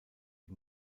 die